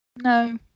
No